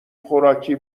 خوراکی